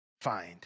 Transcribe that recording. find